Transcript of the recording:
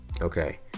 Okay